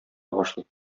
башлый